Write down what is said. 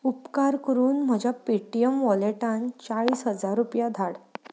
उपकार करून म्हज्या पेटीएम वॉलेटांत चाळीस हजार रुपया धाड